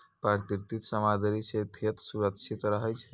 प्राकृतिक सामग्री सें खेत सुरक्षित रहै छै